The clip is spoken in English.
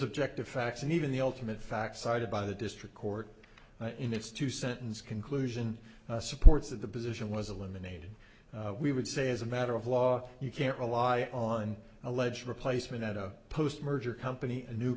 objective facts and even the ultimate fact cited by the district court in its two sentence conclusion supports that the position was eliminated we would say as a matter of law you can't rely on alleged replacement at a post merger company a new